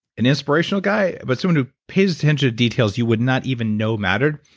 an inspirational guy, but someone who pays attention to details you would not even know mattered.